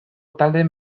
taldeen